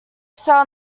cell